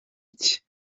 iki